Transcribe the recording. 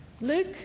Luke